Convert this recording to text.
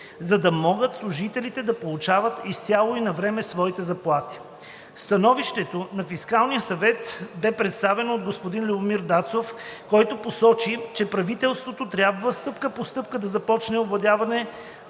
за да могат служителите да получават изцяло и навреме своите заплати. Становището на Фискалния съвет беше представено от господин Любомир Дацов, който посочи, че правителството трябва стъпка по стъпка да започне овладяване